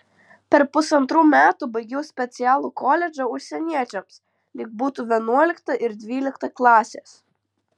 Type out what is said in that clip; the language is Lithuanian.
per pusantrų metų baigiau specialų koledžą užsieniečiams lyg būtų vienuolikta ir dvylikta klasės